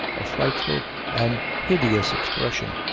a frightful and hideous expression.